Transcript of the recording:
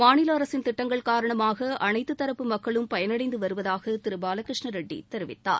மாநிலஅரசின் திட்டங்கள் காரணமாகஅனைத்துத் தரப்பு மக்குளம் பயனடைந்துவருவதாகதிருபாலகிருஷ்ணரெட்டிதெரிவித்தார்